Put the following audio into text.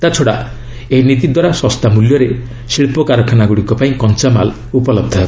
ତାଛଡ଼ା ଏହି ନୀତି ଦ୍ୱାରା ଶସ୍ତା ମୂଲ୍ୟରେ ଶିଳ୍ପ କାରଖାନାଗୁଡ଼ିକ ପାଇଁ କଞ୍ଚାମାଲ୍ ଉପଲହ୍ଧ ହେବ